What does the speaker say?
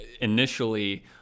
initially